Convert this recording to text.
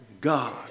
God